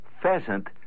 pheasant